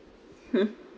hmm